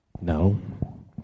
No